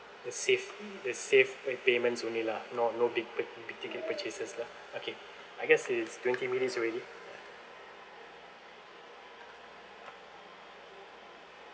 the safe the safe uh payments only lah not no big pur~ big ticket purchases lah okay I guess it's twenty minutes already